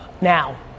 now